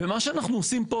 ומה שאנחנו עושים פה,